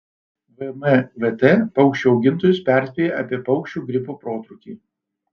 vmvt paukščių augintojus perspėja apie paukščių gripo protrūkį